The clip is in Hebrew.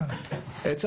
עצם